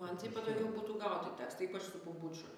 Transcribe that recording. man tai patogiau būtų gauti tekstą ypač su pumpučiu